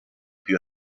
più